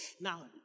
now